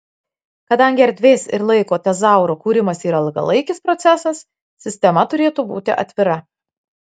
kadangi erdvės ir laiko tezauro kūrimas yra ilgalaikis procesas sistema turėtų būti atvira